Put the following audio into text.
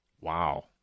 wow